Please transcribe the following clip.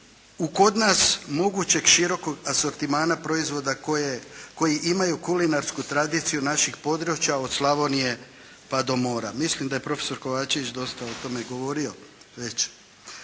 kod nas mogućeg širokog asortimana proizvoda koji imaju kulinarsku tradiciju naših područja od Slavonije pa do mora. Mislim da je prof. Kovačević dosta o tome govorio već.